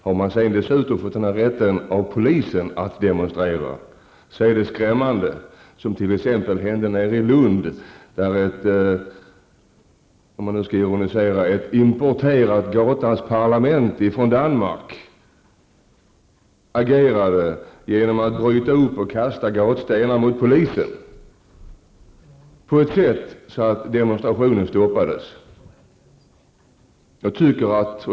Har man sedan dessutom fått tillåtelse av polisen att demonstrera är det skrämmande att det inträffar sådant som exempelvis hände i Lund, där -- om man nu skall ironisera -- ett importerat gatans parlament från Danmark agerade genom att bryta upp och kasta gatstenar mot polisen så att demonstrationen stoppades.